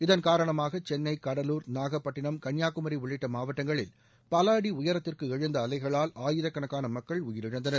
இதன் காரணமாக சென்னை கடலூர் நாகப்பட்டிணம் கன்னியாகுமரி உள்ளிட்ட மாவட்டங்களில் பல அடி உயரத்திற்கு எழுந்த அலைகளால் ஆயிரக்கணக்கான மக்கள் உயிரிழந்தனர்